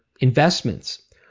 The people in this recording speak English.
investments